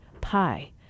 Pi